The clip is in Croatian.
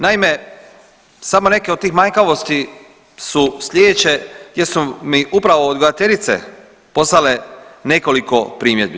Naime, samo neke od tih manjkavosti su sljedeće gdje su mi upravo odgajateljice poslale nekoliko primjedbi.